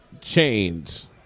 chains